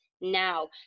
now